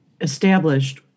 established